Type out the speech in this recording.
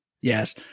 Yes